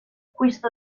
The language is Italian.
questo